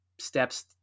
steps